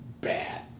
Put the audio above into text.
bad